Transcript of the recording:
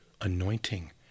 anointing